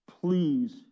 Please